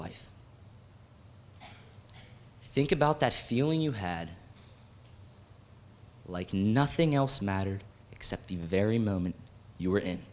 life think about that feeling you had like nothing else mattered except the very moment you were in